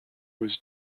was